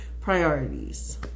priorities